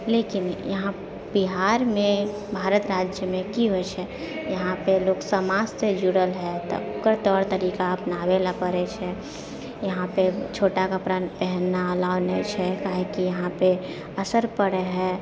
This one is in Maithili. लेकिन इहाँ बिहारमे भारत राज्यमे की होइ छै इहाँपे लोक समाजसँ जुड़ल हइ तऽ ओकर तौर तरीका अपनाबै लऽ पड़ै छै इहाँपे छोटा कपड़ा पहनना एलाव नहि छै काहेकि इहाँपे असर पड़ै हइ